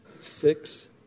six